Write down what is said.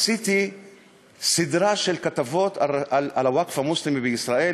עשיתי סדרה של כתבות על הווקף המוסלמי בישראל.